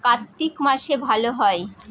কার্তিক মাসে ভালো হয়?